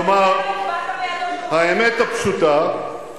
כלומר, אין לך מושג.